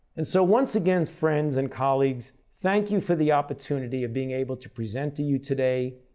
and so once again friends and colleagues, thank you for the opportunity of being able to present to you today.